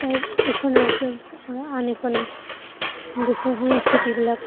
এটাৰ এখন ৰাজ্য়ৰপৰা আন এখন দেশৰ সংস্কৃতিবিলাক